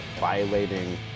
violating